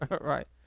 right